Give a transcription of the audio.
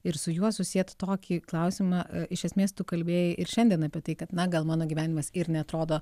ir su juo susiet tokį klausimą iš esmės tu kalbėjai ir šiandien apie tai kad na gal mano gyvenimas ir neatrodo